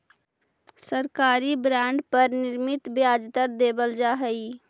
सरकारी बॉन्ड पर निश्चित ब्याज दर देवल जा हइ